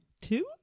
Two